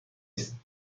است